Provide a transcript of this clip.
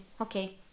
Okay